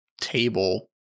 table